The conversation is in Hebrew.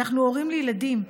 אנחנו הורים לילדים,